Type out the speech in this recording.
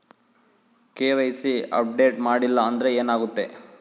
KYC update ಮಾಡಿಲ್ಲ ಅಂದ್ರೆ ಏನಾಗುತ್ತೆ?